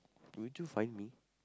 would you find me